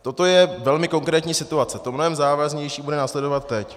Toto je velmi konkrétní situace, to mnohem závažnější bude následovat teď.